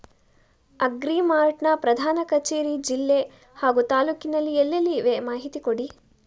Agri mart ನ ಪ್ರಧಾನ ಕಚೇರಿ ಜಿಲ್ಲೆ ಹಾಗೂ ತಾಲೂಕಿನಲ್ಲಿ ಎಲ್ಲೆಲ್ಲಿ ಇವೆ ಮಾಹಿತಿ ಕೊಡಿ?